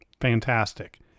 fantastic